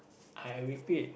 I repeat